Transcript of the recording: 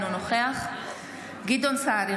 אינו נוכח גדעון סער,